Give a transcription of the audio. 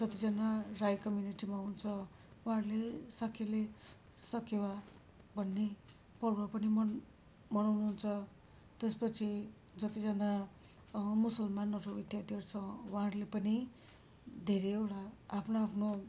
जतिजना राई कम्युनिटीमा हुन्छ उहाँहरूले साकेला सकेवा भन्ने पर्व पनि मन् मनाउनुहुन्छ त्यसपछि जतिजना मुसलमानहरू इत्यादिहरू छ उहाँहरूले पनि धेरैवटा आफ्नो आफ्नो